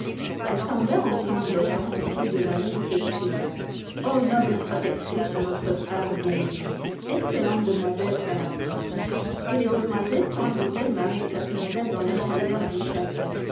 elles tombèrent en sanglotant aux pieds de marie et s'écrièrent ô noble protectrice de notre frère bien-aimé excellente demoiselle stahlbaûm et les demoiselles conduisirent marie et casse-noisette dans l'intérieur du château